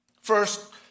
First